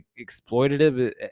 exploitative